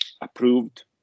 approved